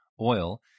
oil